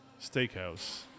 steakhouse